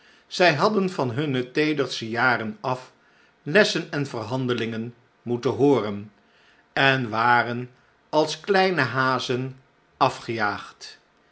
zij hadden van hunne teederste jaren af lessen en verhandelingen moeten hooren en waren als kleine hazen afgejaagd